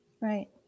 Right